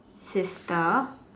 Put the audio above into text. sister